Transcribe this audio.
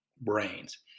brains